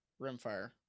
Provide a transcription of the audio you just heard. Rimfire